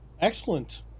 Excellent